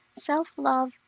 self-love